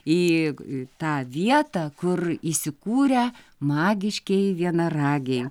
į tą vietą kur įsikūrę magiškieji vienaragiai